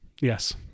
Yes